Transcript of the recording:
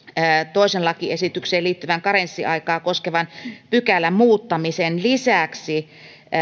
toiseen lakiesitykseen liittyvän karenssiaikaa koskevan pykälän muuttamisen lisäksi